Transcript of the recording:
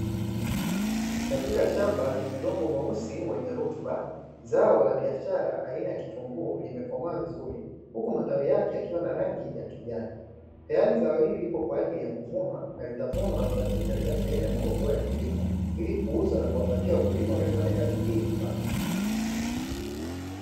Katika shamba lenye udongo mweusi wenye rutuba, zao la biashara aina ya kitunguu limekomaa vizuri, huku matawi yake yakiwa na rangi ya kijani. Tayari, zao hili lipo kwa ajili ya kuvunwa, na litavunwa na kusafirishwa katika sehemu ya mauzo ya kilimo ili kuuza na kuwapatia wakulima waliyofanya kazi hii kipato.